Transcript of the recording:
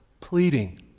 pleading